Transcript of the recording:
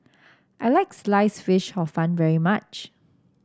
I like slice fish Hor Fun very much